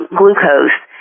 glucose